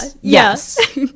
yes